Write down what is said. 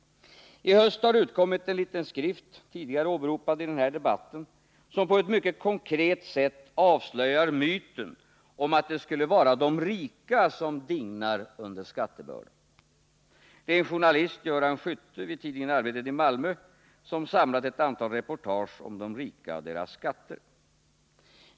Som tidigare har åberopats i den här debatten har det i höst utkommit en liten skrift som på ett mycket konkret sätt avslöjar myten om att det skulle vara de rika som dignar under skattebördan. Det är en journalist vid tidningen Arbetet i Malmö, Göran Skytte, som samlat ett antal reportage om de rika och deras skatter.